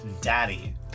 Daddy